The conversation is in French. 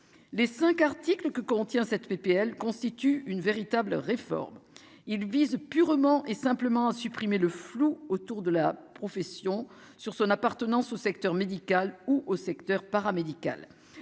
les 5 articles que contient cette PPL constitue une véritable réforme il vise purement et simplement supprimé le flou autour de la profession sur son appartenance au secteur médical ou au secteur paramédical